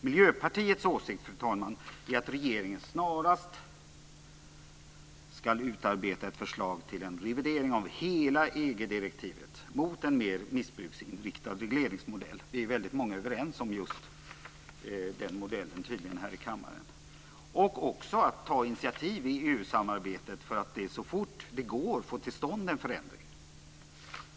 Miljöpartiets åsikt är att regeringen snarast ska utarbeta ett förslag till en revidering av hela EG-direktivet mot en mer missbruksinriktad regleringsmodell. Vi är väldigt många här i kammaren som tydligen är överens om just den modellen. Regeringen bör också ta initiativ i EU-samarbetet för att så fort det går få till stånd en förändring.